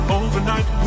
overnight